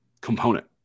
component